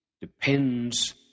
depends